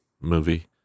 movie